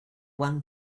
one